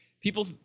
People